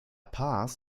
paz